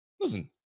listen